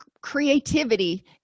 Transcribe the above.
creativity